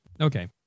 Okay